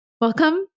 welcome